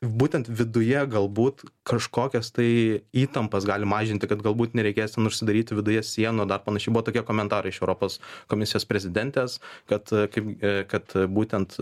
būtent viduje galbūt kažkokias tai įtampas gali mažinti kad galbūt nereikės ten užsidaryti viduje sienų dar panašiai buvo tokie komentarai iš europos komisijos prezidentės kad kaip e kad būtent